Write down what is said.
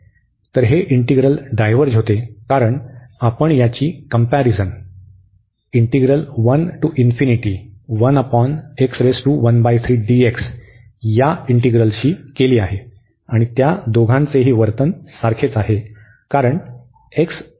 तर हे integral diverge होते कारण आपण याची कंम्पॅरिझन या इंटीग्रलशी केली आहे आणि त्या दोघांचेही वर्तन सारखेच आहे कारण आहे